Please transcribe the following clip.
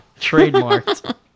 Trademarked